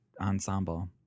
ensemble